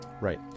Right